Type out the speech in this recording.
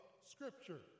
scripture